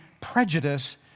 prejudice